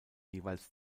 jeweils